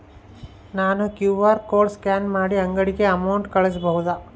ನಾನು QR code scan ಮಾಡಿ ಅಂಗಡಿಗೆ ಅಮೌಂಟ್ ಕಳಿಸಬಹುದಾ?